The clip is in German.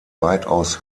weitaus